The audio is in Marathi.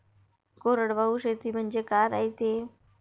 कोरडवाहू शेती म्हनजे का रायते?